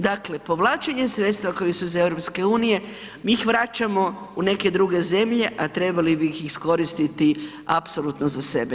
Dakle, povlačenje sredstava koja su iz EU mi ih vraćamo u neke druge zemlje, a trebali bi ih iskoristiti apsolutno za sebe.